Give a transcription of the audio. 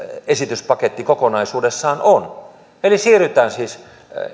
esityspaketti kokonaisuudessaan on eli siirrytään siis